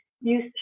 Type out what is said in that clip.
use